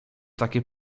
takie